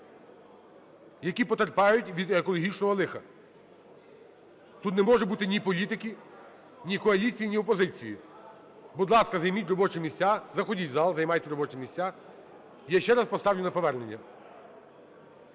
які потерпають від екологічного лиха. Тут не може бути ні політики, ні коаліції, ні опозиції. Будь ласка, займіть робочі місця, заходіть в зал, займайте робочі місця. Я ще раз поставлю на повернення.